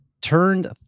turned